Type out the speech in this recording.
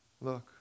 Look